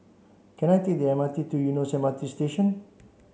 can I take the M R T to Eunos M R T Station